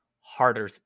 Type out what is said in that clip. harder